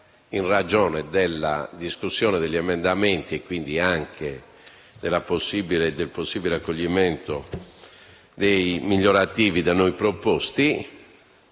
in ragione della discussione degli emendamenti e quindi anche del possibile accoglimento dei migliorativi da noi proposti,